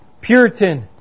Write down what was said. Puritan